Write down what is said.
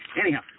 Anyhow